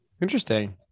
Interesting